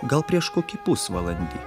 gal prieš kokį pusvalandį